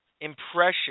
impression